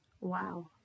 Wow